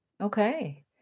Okay